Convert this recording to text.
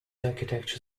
architecture